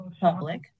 public